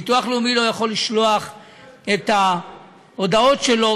ביטוח לאומי לא יכול לשלוח את ההודעות שלו,